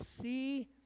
see